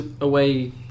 away